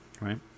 right